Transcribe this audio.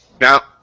Now